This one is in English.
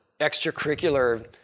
extracurricular